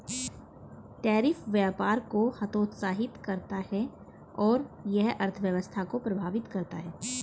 tariff व्यापार को हतोत्साहित करता है और यह अर्थव्यवस्था को प्रभावित करता है